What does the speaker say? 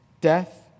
death